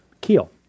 keel